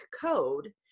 code